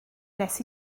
nes